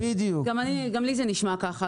גם לי זה נשמע כך.